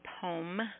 poem